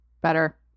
Better